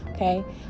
okay